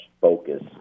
focus